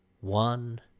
one